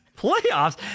Playoffs